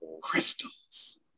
Crystals